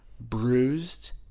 bruised